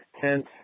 tent